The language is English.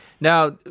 Now